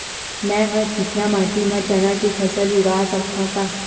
मै ह चिकना माटी म चना के फसल उगा सकथव का?